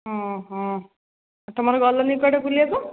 ତୁମର ଗଲନି କୁଆଡ଼େ ବୁଲିବାକୁ